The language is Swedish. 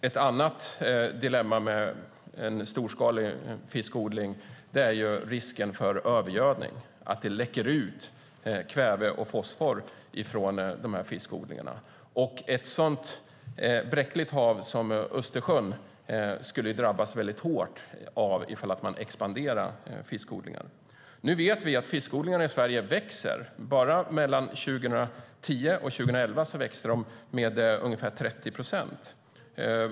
Ett annat dilemma med storskalig fiskodling är risken för övergödning, att det läcker ut kväve och fosfor från fiskodlingarna. Ett så bräckligt hav som Östersjön skulle drabbas väldigt hårt om man expanderade fiskodlingarna. Nu vet vi att fiskodlingen växer i Sverige. Bara mellan 2010 och 2011 växte den med ungefär 30 procent.